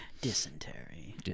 Dysentery